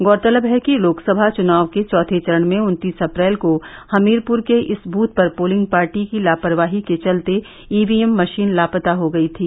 गौरतलब है कि लोकसभा चुनाव के चौथे चरण में उन्तीस अप्रैल को हमीरपुर के इस बूथ पर पोलिंग पार्टी की लापरवाही के चलते ईवीएम मषीन लापता हो गई थी